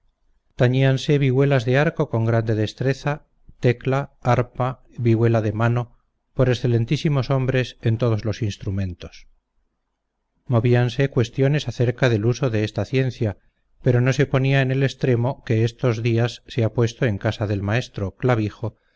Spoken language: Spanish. tañíanse vihuelas de arco con grande destreza tecla arpa vihuela de mano por excelentísimos hombres en todos los instrumentos movíanse cuestiones acerca del uso de esta ciencia pero no se ponía en el extremo que estos días se ha puesto en casa del maestro clavijo